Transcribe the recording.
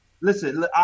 Listen